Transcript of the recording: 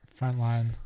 Frontline